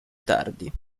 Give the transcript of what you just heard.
tardi